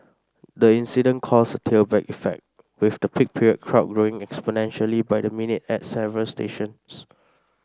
the incident caused a tailback effect with the peak period crowd growing exponentially by the minute at several stations